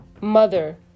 mother